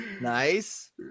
Nice